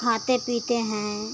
खाते पीते हैं